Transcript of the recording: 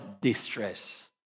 distress